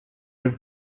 have